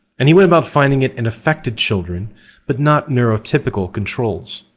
and he went about finding it in affected children but not neurotypical controls.